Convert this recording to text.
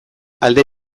alde